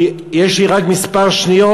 כי יש לי רק כמה שניות,